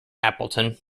appleton